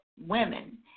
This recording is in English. women